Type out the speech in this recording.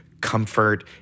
comfort